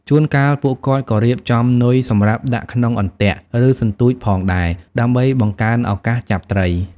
ជួនកាល ពួកគាត់ក៏រៀបចំនុយសម្រាប់ដាក់ក្នុងអន្ទាក់ ឬសន្ទូចផងដែរ ដើម្បីបង្កើនឱកាសចាប់ត្រី។